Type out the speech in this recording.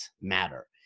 matter